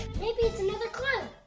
maybe, it's another clue?